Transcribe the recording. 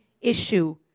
issue